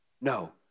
No